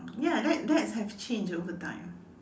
ya that that have changed overtime